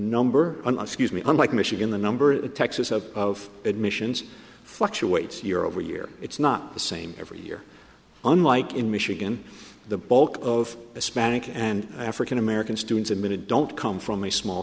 number an excuse me unlike michigan the number the texas of admissions fluctuates year over year it's not the same every year unlike in michigan the bulk of hispanic and african american students in minot don't come from a small